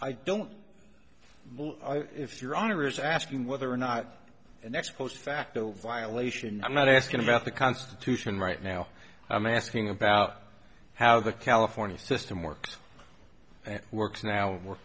i don't if your honor is asking whether or not an ex post facto violation i'm not asking about the constitution right now i'm asking about how the california system works and works now we're